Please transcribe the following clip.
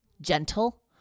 gentle